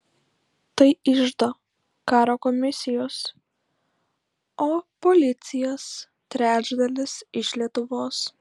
tai iždo karo komisijos o policijos trečdalis iš lietuvos